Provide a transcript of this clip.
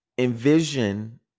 Envision